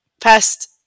past